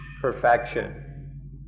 perfection